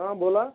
हं बोला